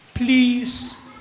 Please